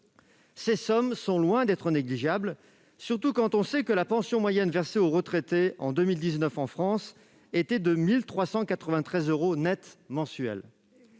Ces sommes sont loin d'être négligeables, surtout quand on sait que la pension moyenne versée aux retraités en 2019 était de 1 393 euros net mensuels.